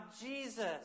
Jesus